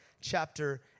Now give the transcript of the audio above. chapter